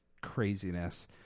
craziness